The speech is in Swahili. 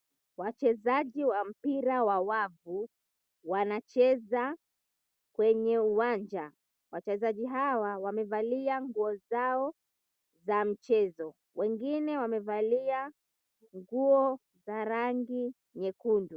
Wachezaji wa mpira wa wavu, wanacheza kwenye uwanja. Wachezaji hawa wamevalia nguo zao za mchezo, wengine wamevalia nguo za rangi nyekundu.